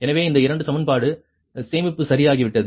எனவே இந்த இரண்டு சமன்பாடு சேமிப்பு சரியாகிவிட்டது